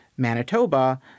Manitoba